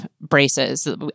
braces